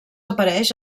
apareix